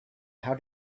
how